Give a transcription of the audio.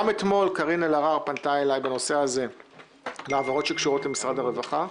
גם אתמול קארין אלהרר פנתה אלי בנושא של העברות שקשורות למשרד הרווחה.